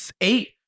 eight